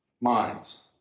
minds